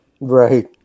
Right